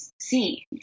see